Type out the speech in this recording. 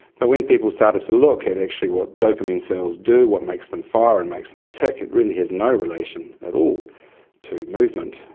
but when people started to look at actually what dopamine cells do, what makes them fire and makes them tick, it really has no relation at all to movement.